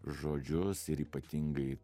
žodžius ir ypatingai